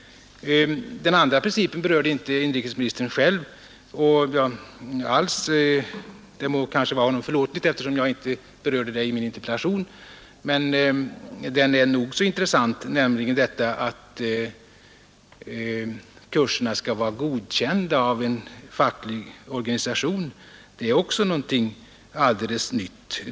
Den andra principen berörde inte inrikesministern själv alls, och det må vara honom förlåtet eftersom jag inte gjort det i min interpellation. Men den är nog så intressant, nämligen att kurserna skall vara godkända av en facklig organisation. Det är också något alldeles nytt.